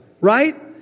right